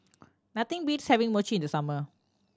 nothing beats having Mochi in the summer